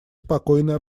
спокойной